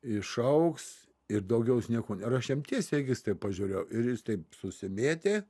išaugs ir daugiau jis nieko ir aš jam tiesiai į akis taip pažiūrėjau ir jis taip susimėtė